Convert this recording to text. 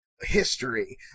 history